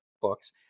books